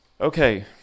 Okay